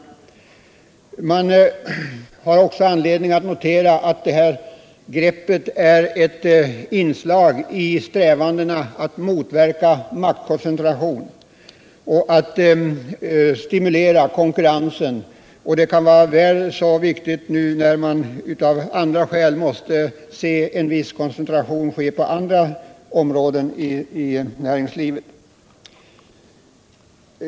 Man har också anledning notera att det här greppet är ett inslag i strävandena att motverka maktkoncentration och att stimulera konkurrensen, och det är mycket viktigt när man nu av andra skäl måste se en viss koncentration ske på andra områden av näringslivet.